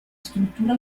struttura